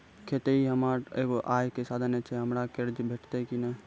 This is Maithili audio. खेतीये हमर एगो आय के साधन ऐछि, हमरा कर्ज भेटतै कि नै?